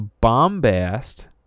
Bombast